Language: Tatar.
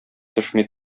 төшми